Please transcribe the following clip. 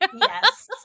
Yes